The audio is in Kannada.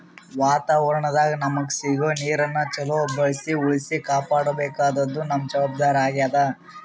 ವಾತಾವರಣದಾಗ್ ನಮಗ್ ಸಿಗೋ ನೀರನ್ನ ಚೊಲೋ ಬಳ್ಸಿ ಉಳ್ಸಿ ಕಾಪಾಡ್ಕೋಬೇಕಾದ್ದು ನಮ್ಮ್ ಜವಾಬ್ದಾರಿ ಆಗ್ಯಾದ್